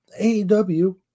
AEW